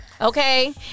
Okay